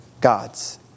gods